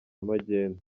magendu